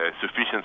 sufficient